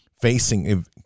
facing